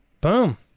boom